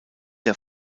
der